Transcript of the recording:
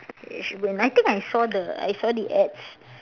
it should be I think I saw the I saw the ads